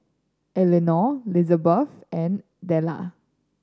Elenor Lizbeth and Della